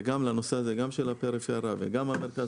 וגם לנושא הזה גם של הפריפריה וגם של המרכז,